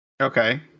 okay